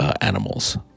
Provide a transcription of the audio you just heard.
animals